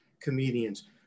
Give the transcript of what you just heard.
comedians